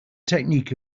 technique